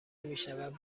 میشود